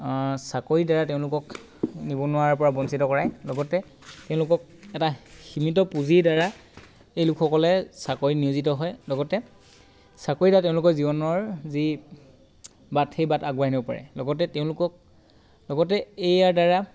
চাকৰিৰ দ্বাৰা তেওঁলোকক নিৱনুৱাৰ দ্বাৰা বঞ্চিত কৰায় লগতে তেওঁলোকক এটা সীমিত পূঁজিৰ দ্বাৰা এই লোকসকলে চাকৰিত নিয়োজিত হয় লগতে চাকৰি এটা তেওঁলোকৰ জীৱনৰ যি বাট সেই বাট আগুৱাই নিব পাৰে লগতে তেওঁলোকক লগতে ইয়াৰ দ্বাৰা